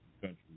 country